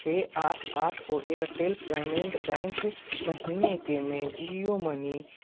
छः आठ आठ को एयरटेल पेमेंट्स बैंक महीने के में जियो मनी